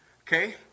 Okay